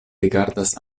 rigardas